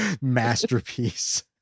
masterpiece